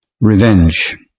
revenge